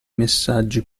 messaggi